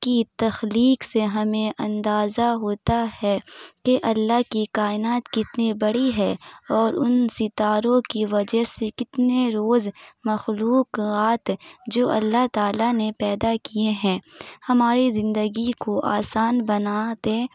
کی تخلیق سے ہمیں اندازہ ہوتا ہے کہ اللّہ کی کائنات کتنی بڑی ہے اور ان ستاروں کی وجہ سے کتنے روز مخلوقات جو اللّہ تعالیٰ نے پیدا کیے ہیں ہماری زندگی کو آسان بناتے